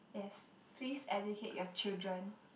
yes please educate your children